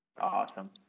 Awesome